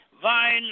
Vine